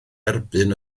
erbyn